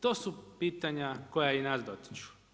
To su pitanja koja i nas dotiču.